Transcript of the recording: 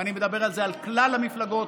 ואני מדבר על כלל המפלגות,